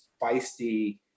feisty